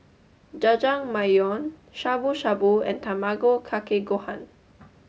Jajangmyeon Shabu Shabu and Tamago Kake Gohan